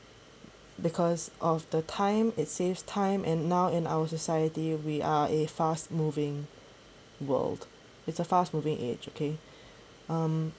because of the time it saves time and now in our society we are a fast moving world it's a fast moving age okay um